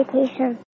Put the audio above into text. vacation